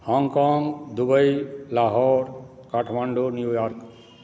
Hong Kong Dubai Lahore Kathmandu New York